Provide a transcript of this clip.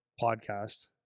podcast